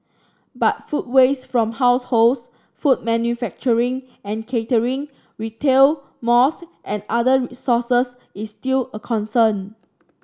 but food waste from households food manufacturing and catering retail malls and other sources is still a concern